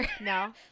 no